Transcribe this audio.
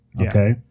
okay